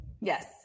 Yes